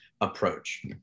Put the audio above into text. approach